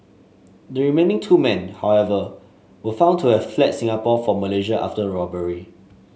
the remaining two men however were found to have fled Singapore for Malaysia after robbery